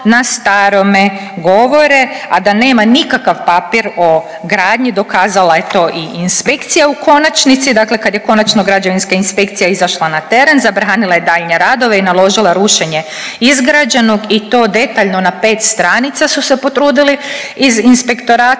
na starome govore a da nema nikakav papir o gradnji dokazala je to i inspekcija u konačnici, dakle kad je konačno Građevinska inspekcija izašla na teren zabranila je daljnje radove i naložila rušenje izgrađenog i to detaljno na pet stranica su se potrudili iz inspektorata.